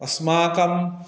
अस्माकं